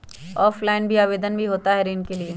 Offline भी आवेदन भी होता है ऋण के लिए?